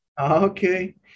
Okay